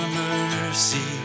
mercy